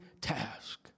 task